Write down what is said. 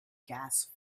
gas